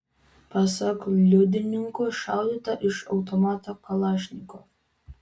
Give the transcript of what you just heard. pasak liudininkų šaudyta iš automato kalašnikov